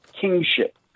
kingship